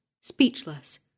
speechless